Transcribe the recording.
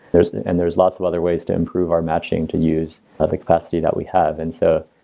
there's and there's lots of other ways to improve our matching to use ah the capacity that we have and so,